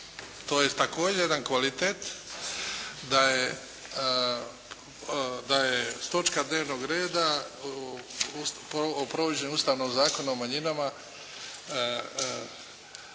To je također jedan kvalitet, da je točka dnevnog reda o provođenju Ustavnog zakona o manjinama